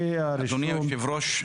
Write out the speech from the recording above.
אדוני היושב-ראש,